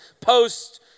post